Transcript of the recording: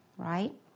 Right